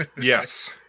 Yes